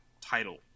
title